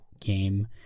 game